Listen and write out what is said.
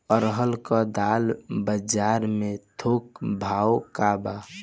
अरहर क दाल बजार में थोक भाव का बा?